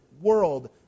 world